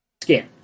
skin